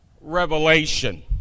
revelation